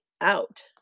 out